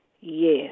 Yes